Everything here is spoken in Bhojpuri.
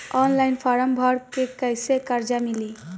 ऑनलाइन फ़ारम् भर के कैसे कर्जा मिली?